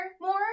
more